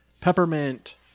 peppermint